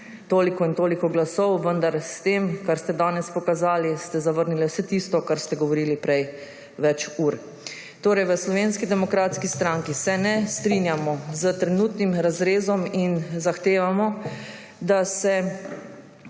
tolikih in tolikih glasov, vendar ste s tem, kar ste danes pokazali, zavrnili vse tisto, kar ste govorili prej več ur. V Slovenski demokratski stranki se ne strinjamo s trenutnim razrezom in zahtevamo, da se